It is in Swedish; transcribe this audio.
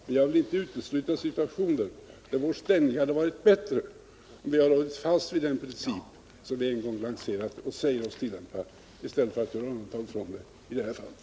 Men jag vill inte utesluta situationer där vår ställning hade varit bättre om vi hållit fast vid den princip vi en gång lanserat och som vi säger oss tillämpa i stället för att göra undantag från den i det här fallet.